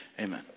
Amen